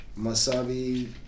Masabi